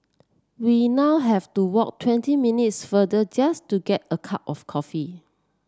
we now have to walk twenty minutes further just to get a cup of coffee